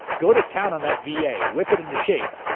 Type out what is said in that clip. go to town on that v. a. whip it into shape.